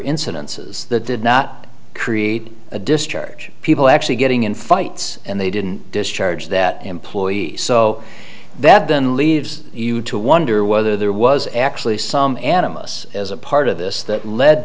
incidences that did not create a discharge people actually getting in fights and they didn't discharge that employee so that then leaves you to wonder whether there was actually some animists as a part of this that led